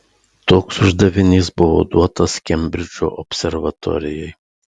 toks uždavinys buvo duotas kembridžo observatorijai